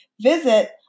Visit